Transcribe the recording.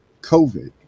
COVID